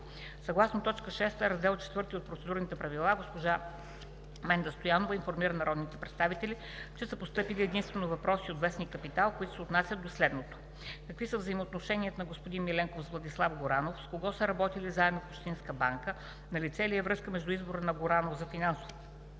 Съгласно т. 6 – Раздел IV от процедурните правила, госпожа Менда Стоянова информира народните представители, че са постъпили единствено въпроси от вестник „Капитал“, които се отнасят до следното: Какви са взаимоотношенията на господин Миленков с Владислав Горанов, с когото са работили заедно в Общинска банка? Налице ли е връзка между избора на господин Горанов за финансов